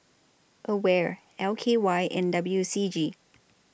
AWARE L K Y and W C G